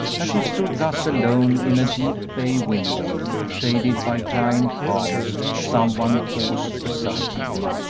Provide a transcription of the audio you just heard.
as he stood thus alone in a deep bay-window, shaded by giant palms, some one paused beside him.